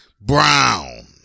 brown